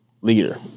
leader